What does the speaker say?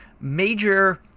major